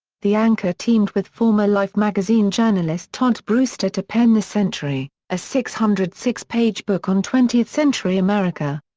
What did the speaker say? the anchor teamed with former life magazine journalist todd brewster to pen the century, a six hundred and six page book on twentieth century america.